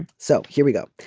and so here we go.